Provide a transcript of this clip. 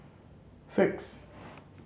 six